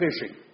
fishing